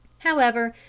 however,